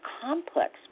complex